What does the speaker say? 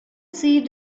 see